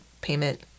payment